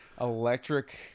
Electric